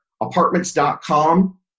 apartments.com